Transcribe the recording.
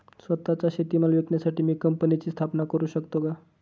स्वत:चा शेतीमाल विकण्यासाठी मी कंपनीची स्थापना करु शकतो का?